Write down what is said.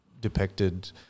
depicted